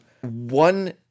one